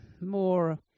more